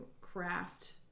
craft